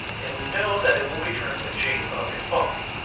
and we know that it will return a json response,